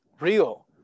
real